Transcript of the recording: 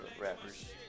rappers